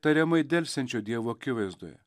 tariamai delsiančio dievo akivaizdoje